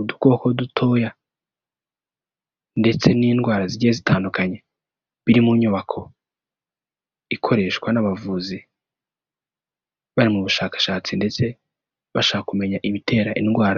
udukoko dutoya ndetse n'indwara zigiye zitandukanye biri mu nyubako, ikoreshwa n'abavuzi bari mu bushakashatsi ndetse bashaka kumenya ibitera indwara.